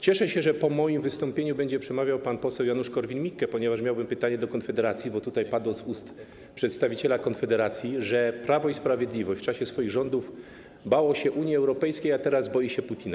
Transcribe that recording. Cieszę się, że po moim wystąpieniu będzie przemawiał pan poseł Janusz Korwin-Mikke, ponieważ miałbym pytanie do Konfederacji, bo tutaj padło z ust przedstawiciela Konfederacji, że Prawo i Sprawiedliwość w czasie swoich rządów bało się Unii Europejskiej, a teraz boi się Putina.